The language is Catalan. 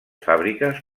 fàbriques